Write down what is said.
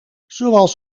zoals